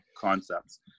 concepts